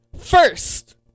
first